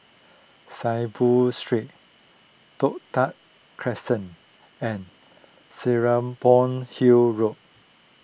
Saiboo Street Toh Tuck Crescent and Serapong Hill Road